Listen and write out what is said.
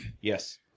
yes